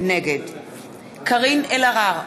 נגד קארין אלהרר,